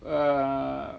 err